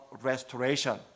restoration